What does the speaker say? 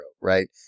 right